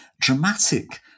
dramatic